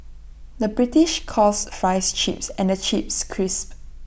the British calls Fries Chips and Chips Crisps